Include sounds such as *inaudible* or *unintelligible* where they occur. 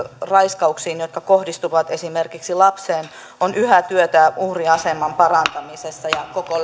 raiskauksiin jotka kohdistuvat esimerkiksi lapseen on yhä työtä uhrin aseman parantamisessa ja koko *unintelligible*